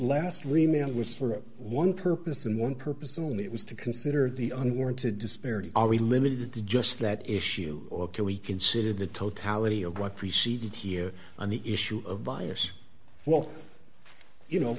last remailer was for one purpose and one purpose only it was to consider the unwarranted disparity are we limited to just that issue or can we consider the totality of what preceded here on the issue of bias well you know